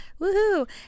Woohoo